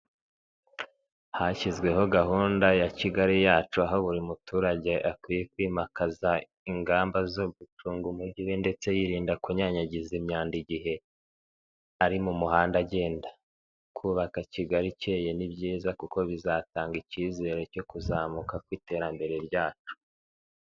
Hashyizweho gahunda ya Kigali yacu, aho buri muturage akwiye kwimakaza ingamba zo gucunga umujyi ndetse yirinda kunyanyagiza imyanda igihe ari mu muhanda agenda, kubaka Kigali ikeye ni byiza kuko bizatanga icyizere cyo kuzamuka kw'iterambere ryacu.